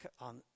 on